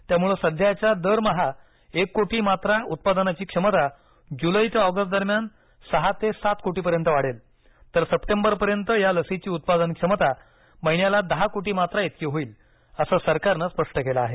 त्यामुळ सध्याच्या दर महा एक कोटी मात्रा उत्पादनाची क्षमता जुलै ते ऑगस्ट दरम्यान सहा ते सात कोटीपर्यन्त वाढेल तर सप्टेंबरपर्यंत या लसीची उत्पादन क्षमता महिन्याला दहा कोटी मात्रा इतकी होईल असं सरकारनं स्पष्ट केलं आहे